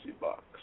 box